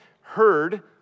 heard